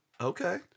Okay